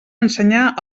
ensenyar